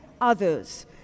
others